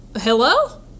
Hello